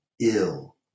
ill